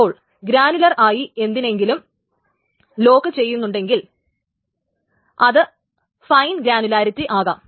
അപ്പോൾ ഗ്രാനുലർ ആയി എന്തിനെയെങ്കിലും ലോക്കു ചെയ്യുന്നുണ്ടെങ്കിൽ അത് ഫൈൻ ഗ്രാനുലാരിറ്റി ആകാം